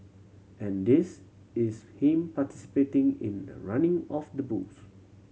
and this is him participating in the running of the bulls